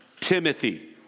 Timothy